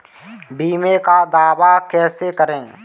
बीमे का दावा कैसे करें?